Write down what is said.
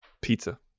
Pizza